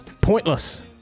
Pointless